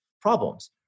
problems